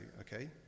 okay